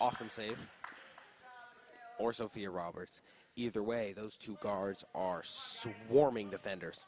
awesome save or sophia roberts either way those two guards are so warming defenders